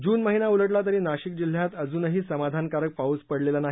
जून महिना उलटला तरी नाशिक जिल्ह्यात अजूनही समाधानकारक पाऊस पडलेला नाही